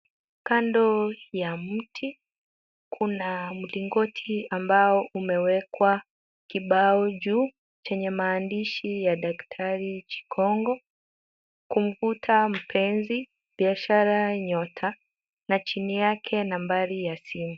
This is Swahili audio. Kando ya mti kuna mlingoti ambao umewekwa kibao juu, chenye maandishi ya daktari Chikongo, kumvuta mpenzi, biashara, nyota na chini yake nambari ya simu.